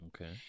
Okay